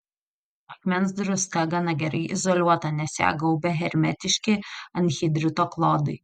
akmens druska gana gerai izoliuota nes ją gaubia hermetiški anhidrito klodai